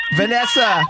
vanessa